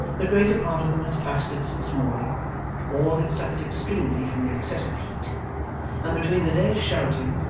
the greater part of them had fasted since morning all had suffered extremely from the excessive heat and between the day's shouting,